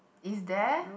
is there